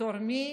בתור מי